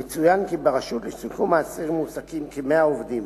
יצוין כי ברשות לשיקום האסיר מועסקים כ-100 עובדים.